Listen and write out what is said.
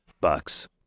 bucks